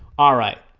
all right